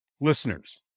listeners